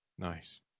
Nice